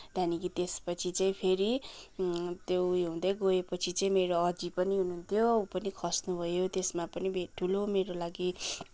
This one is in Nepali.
त्यहाँदेखि त्यसपछि चाहिँ फेरि त्यो उयो हुँदै गए पछि चाहिँ मेरो अजी हुनुहुन्थ्यो ऊ पनि खस्नुभयो त्यसमा पनि ठुलो मेरो लागि